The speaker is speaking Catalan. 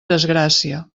desgràcia